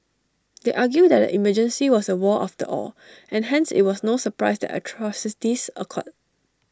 they argue that the emergency was A war after all and hence IT was no surprise atrocities occurred